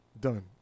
done